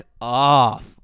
off